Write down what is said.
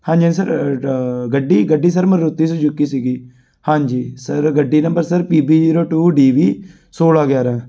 ਹਾਂਜੀ ਹਾਂਜੀ ਸਰ ਗੱਡੀ ਗੱਡੀ ਸਰ ਮਰੁਤੀ ਸਜੁੁੱਕੀ ਸੀਗੀ ਹਾਂਜੀ ਸਰ ਗੱਡੀ number sir P B zero two D B ਸੋਲ਼੍ਹਾਂ ਗਿਆਰ੍ਹਾਂ